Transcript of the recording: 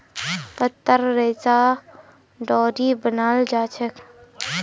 पत्तार रेशा स डोरी बनाल जाछेक